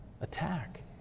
attack